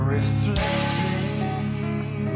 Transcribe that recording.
Reflecting